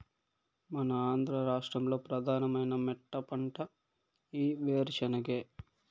మన ఆంధ్ర రాష్ట్రంలో ప్రధానమైన మెట్టపంట ఈ ఏరుశెనగే